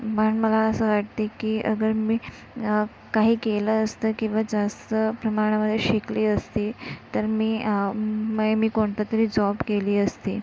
पण मला असं वाटते की अगर मी काही केलं असतं किंवा जास्त प्रमाणामध्ये शिकली असते तर मी मये मी कोणतं तरी जॉब केली असते